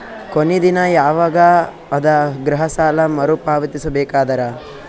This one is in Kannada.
ಕೊನಿ ದಿನ ಯವಾಗ ಅದ ಗೃಹ ಸಾಲ ಮರು ಪಾವತಿಸಬೇಕಾದರ?